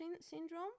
syndrome